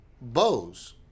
bows